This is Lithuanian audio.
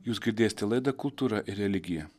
jūs girdėsite laidą kultūra ir religija